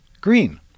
green